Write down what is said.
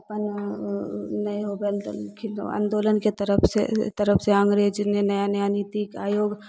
अपन नही होबै लऽ देलखिन ओ आंदोलनके तरफ से तरफ से अङ्ग्रेज जे नया नया नीति आयोग